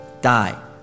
die